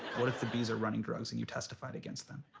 what if the bees are running drugs and you testified against them?